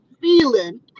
feeling